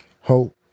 hope